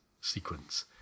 sequence